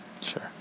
Sure